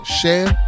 share